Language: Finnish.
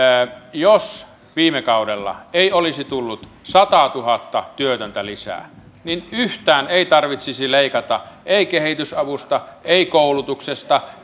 jos viime kaudella ei olisi tullut sataatuhatta työtöntä lisää niin yhtään ei tarvitsisi leikata ei kehitysavusta ei koulutuksesta